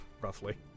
roughly